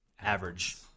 average